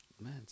Man